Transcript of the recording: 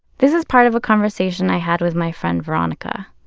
this is part of a conversation i had with my friend veronica.